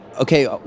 Okay